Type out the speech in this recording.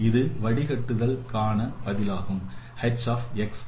இது வடிகட்டுதல் காண பதிலாகும் h xy